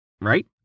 right